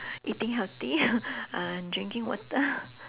eating healthy uh drinking water